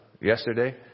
yesterday